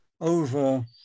over